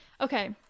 okay